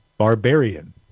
Barbarian